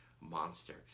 monsters